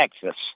Texas